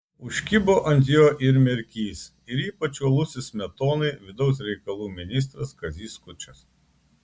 užkibo ant jo ir merkys ir ypač uolusis smetonai vidaus reikalų ministras kazys skučas